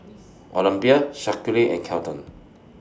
Olympia Shaquille and Kelton